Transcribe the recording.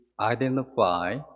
identify